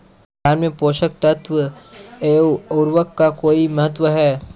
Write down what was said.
धान में पोषक तत्वों व उर्वरक का कोई महत्व है?